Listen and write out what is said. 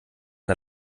der